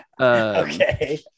Okay